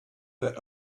their